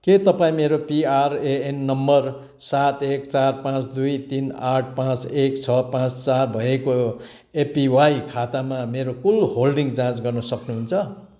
के तपाईँँ मेरो पिआरएएन नम्बर सात एक चार पाँच दुई तिन आठ पाँच एक छ पाँच चार भएको एपिवाई खातामा मेरो कुल होल्डिङ जाँच गर्न सक्नुहुन्छ